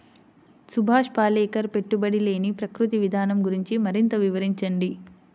సుభాష్ పాలేకర్ పెట్టుబడి లేని ప్రకృతి విధానం గురించి మరింత వివరించండి